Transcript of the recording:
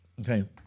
Okay